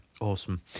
Awesome